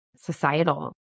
societal